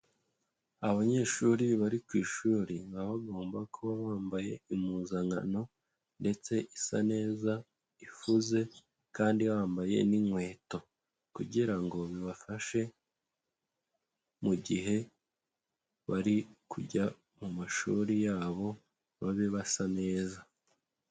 Abanyeshuri bari ku ishuri baba bagomba kuba bambaye impuzankano ndetse isa neza, ifuze kandi bambaye n'inkweto kugira ngo bibafashe mu gihe bari kujya mu mashuri yabo babe basa neza.